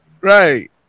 Right